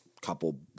couple